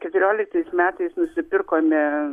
keturioliktais metais nusipirkome